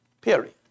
period